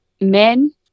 men